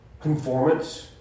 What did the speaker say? conformance